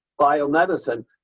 biomedicine